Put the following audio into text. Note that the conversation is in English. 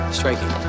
striking